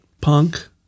Punk